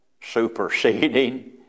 superseding